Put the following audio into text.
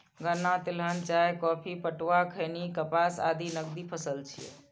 गन्ना, तिलहन, चाय, कॉफी, पटुआ, खैनी, कपास आदि नकदी फसल छियै